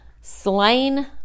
slain